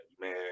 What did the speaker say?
man